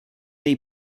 dei